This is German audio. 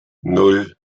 nan